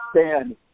stand